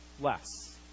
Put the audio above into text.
less